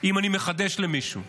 אם אני מחדש למישהו.